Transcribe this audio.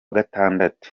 gatatu